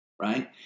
right